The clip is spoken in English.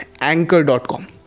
Anchor.com